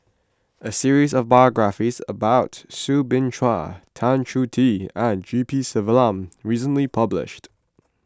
a series of biographies about Soo Bin Chua Tan Choh Tee and G P Selvam recently published